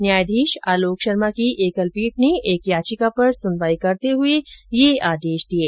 न्यायाधीश आलोक शर्मा की एकल पीठ ने एक याचिका पर सुनवाई करते हए ये आदेश दिये